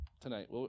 tonight